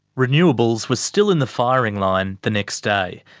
renewables were still in the firing line the next day.